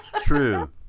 True